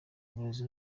uburezi